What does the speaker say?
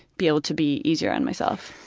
be able to be easier on myself.